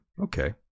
okay